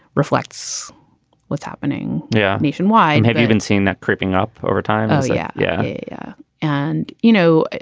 reflects what's happening yeah nationwide. have you been seeing that creeping up over time? yeah. yeah and, you know,